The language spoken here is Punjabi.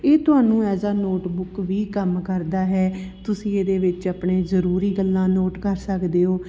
ਇਹ ਤੁਹਾਨੂੰ ਐਜ ਆ ਨੋਟਬੁੱਕ ਵੀ ਕੰਮ ਕਰਦਾ ਹੈ ਤੁਸੀਂ ਇਹਦੇ ਵਿੱਚ ਆਪਣੇ ਜ਼ਰੂਰੀ ਗੱਲਾਂ ਨੋਟ ਕਰ ਸਕਦੇ ਹੋ